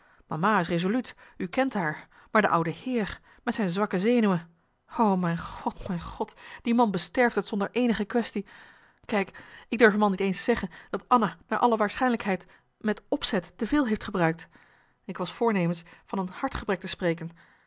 mama is resoluut u kent haar maar de oude heer met zijn zwakke zenuwen o mijn god mijn god die man besterft t zonder eenige quaestie kijk ik durf hem al niet eens zeggen dat anna naar alle waarschijnlijkheid met opzet te veel heeft gebruikt ik was voornemens van een hartgebrek te spreken